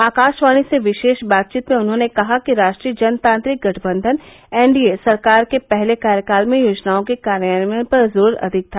आकाशवाणी से विशेष बातचीत में उन्होंने कहा कि राष्ट्रीय जनतांत्रिक गठबंधन एनडीए सरकार के पहले कार्यकाल में योजनाओं के कार्यान्वयन पर जोर अधिक था